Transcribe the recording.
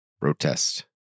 protest